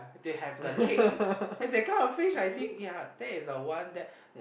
they have the king that kind of fish I think ya that is the one that